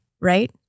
Right